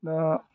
दा